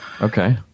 Okay